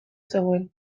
zegoen